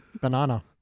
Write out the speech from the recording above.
Banana